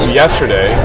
yesterday